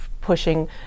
pushing